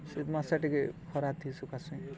ଶୀତ୍ ମାସା ଟିକେ ଖରାଥି ସୁଖାସି